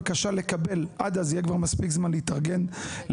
עד אז יהיה מספיק זמן להתארגן,